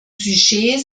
sujets